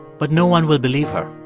but no one will believe her.